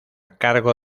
cargo